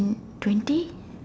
twenty